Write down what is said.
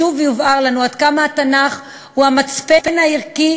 ישוב ויובהר לנו עד כמה התנ"ך הוא המצפן הערכי